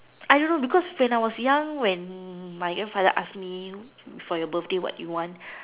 I don't know because when I was young when my grandfather ask me for your birthday what you want